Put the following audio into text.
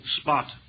spot